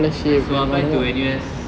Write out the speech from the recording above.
so I applied to N_U_S